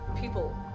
people